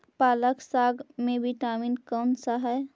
पालक साग में विटामिन कौन सा है?